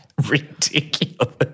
ridiculous